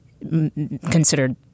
considered